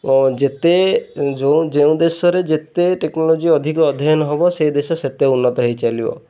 ଯେତେ ଯେଉଁ ଯେଉଁ ଦେଶରେ ଯେତେ ଟେକ୍ନୋଲୋଜି ଅଧିକ ଅଧ୍ୟୟନ ହେବ ସେ ଦେଶ ସେତେ ଉନ୍ନତ ହେଇ ଚାଲିବ